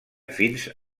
fins